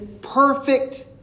perfect